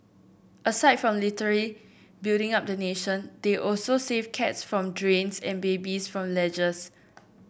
aside from literally building up the nation they also save cats from drains and babies from ledges